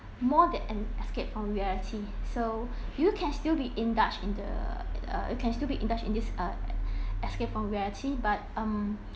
more than an escape from reality so you can still be indulged in the uh you can still be indulged in this uh escape from reality but um